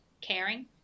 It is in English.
caring